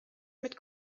mit